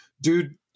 dude